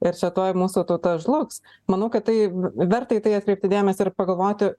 ir čia tuoj mūsų tauta žlugs manau kad tai verta į tai atkreipti dėmesį ir pagalvoti